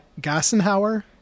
gassenhauer